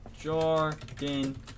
Jordan